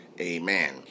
amen